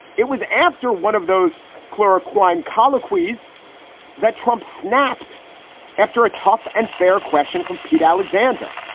it was after one of those chloroquine collar squeeze that trump snapped after a tough and fair question from pete alexander.